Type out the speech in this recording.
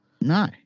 No